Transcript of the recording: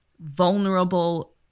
vulnerable